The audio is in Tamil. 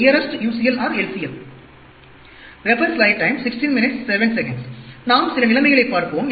நாம் சில நிலைமைகளைப் பார்ப்போம்